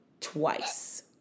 twice